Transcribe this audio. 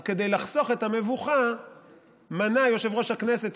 אז כדי לחסוך את המבוכה מנע יושב-ראש הכנסת